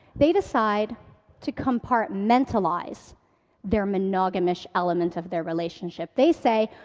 they decide to compartmentalize their monogamish element of their relationship. they say,